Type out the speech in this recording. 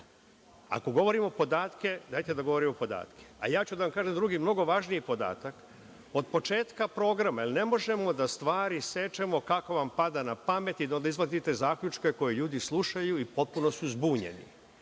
i ni cent više. Ako govorimo podatke, a ja ću da vam kažem drugi mnogo važniji podatak, od početka programa, ne možemo stvari da sečemo kako vam padne na pamet i da izvodite zaključke koje ljudi slušaju i potpuno su zbunjeni.